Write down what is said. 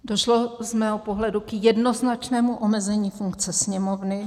Došlo z mého pohledu k jednoznačnému omezení funkce Sněmovny.